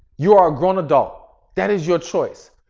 you are a grown adult that is your choice.